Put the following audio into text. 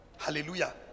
hallelujah